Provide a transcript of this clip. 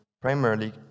primarily